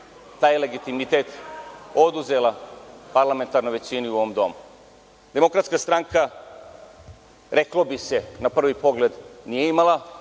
taj legitimitet oduzela parlamentarna većina u ovom domu. Demokratska stranka, reklo bi se na prvi pogled, nije imala